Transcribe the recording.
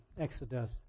Exodus